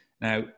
Now